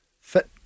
fit